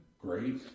great